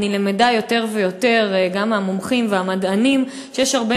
אני למדה יותר ויותר גם מהמומחים והמדענים שיש הרבה